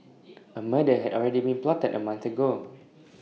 A murder had already been plotted A month ago